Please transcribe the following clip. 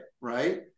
right